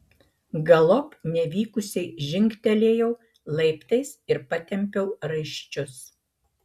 galop nevykusiai žingtelėjau laiptais ir patempiau raiščius